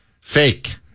fake